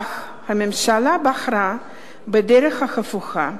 אך הממשלה בחרה בדרך ההפוכה.